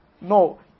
No